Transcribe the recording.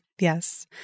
Yes